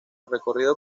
recorrido